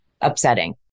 upsetting